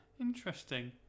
interesting